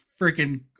freaking